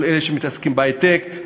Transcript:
כל אלה שמתעסקים בהיי-טק,